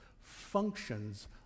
functions